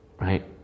Right